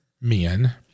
men